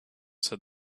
said